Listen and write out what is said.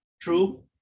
true